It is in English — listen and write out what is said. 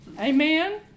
amen